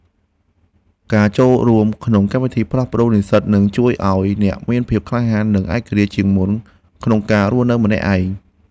ការចូលរួមក្នុងកម្មវិធីផ្លាស់ប្តូរនិស្សិតនឹងជួយឱ្យអ្នកមានភាពក្លាហាននិងឯករាជ្យជាងមុនក្នុងការរស់នៅម្នាក់ឯង។